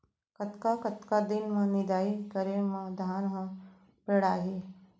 कतका कतका दिन म निदाई करे म धान ह पेड़ाही?